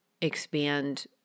expand